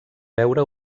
veure